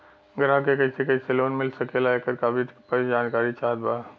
ग्राहक के कैसे कैसे लोन मिल सकेला येकर का विधि बा जानकारी चाहत बा?